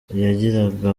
yagiraga